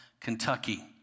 Kentucky